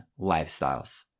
lifestyles